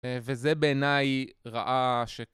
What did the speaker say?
וזה בעיניי רעה שקורה.